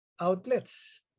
outlets